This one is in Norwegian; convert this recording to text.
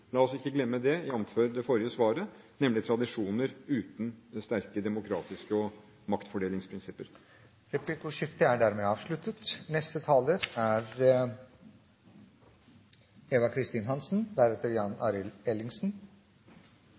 la oss ikke glemme det – jf. det forrige svaret, nemlig tradisjoner uten sterke demokratiske maktfordelingsprinsipper. Replikkordskiftet er dermed avsluttet. Mange av våre europeiske naboer er